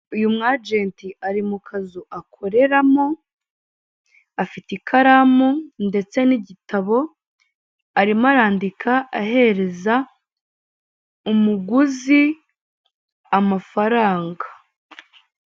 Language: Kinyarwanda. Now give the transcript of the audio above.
Uyu mu ajenti ari mu kazu akoreramo, afite ikaramu ndetse n'igitabo, arimo arandika, ahereza umuguzi amafaranga.